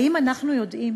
האם אנחנו יודעים